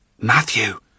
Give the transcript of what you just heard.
Matthew